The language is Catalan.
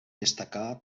destacà